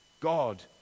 God